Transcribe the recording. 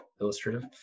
illustrative